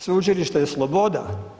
Sveučilište je sloboda.